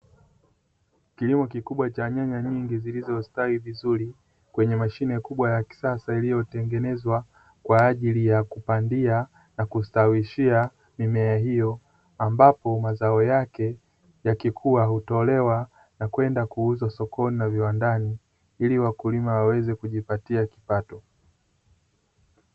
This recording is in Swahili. Kilimo kikubwa cha nyanya nyingi zilizostawi vizuri kwenye mashine kubwa iliyotengenezwa kwa ajili ya kupandia na kustawishia mimea hiyo, ambapo mazao yake yakikua hutolewa na kwenda kuuzwa sokoni na viwandani ili wakulima waweze kujipatia kipato.